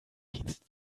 dienst